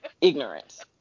ignorance